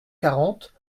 quarante